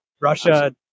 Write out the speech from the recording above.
russia